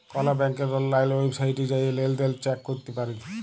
call ব্যাংকের অললাইল ওয়েবসাইটে জাঁয়ে লেলদেল চ্যাক ক্যরতে পারি